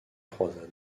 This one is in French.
croisades